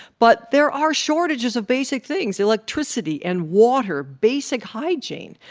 but there are shortages of basic things electricity and water basic, hygiene.